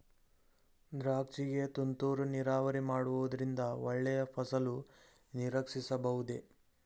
ದ್ರಾಕ್ಷಿ ಗೆ ತುಂತುರು ನೀರಾವರಿ ಮಾಡುವುದರಿಂದ ಒಳ್ಳೆಯ ಫಸಲು ನಿರೀಕ್ಷಿಸಬಹುದೇ?